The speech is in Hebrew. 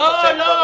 לא, לא.